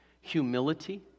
humility